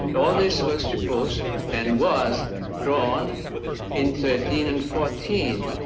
all this was supposed, and was drawn in thirteen and fourteen